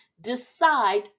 decide